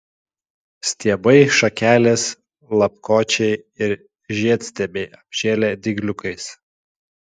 stiebai šakelės lapkočiai ir žiedstiebiai apžėlę dygliukais